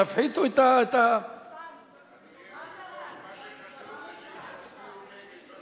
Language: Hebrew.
התשע"ב 2011, נתקבלה.